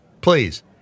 Please